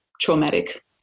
traumatic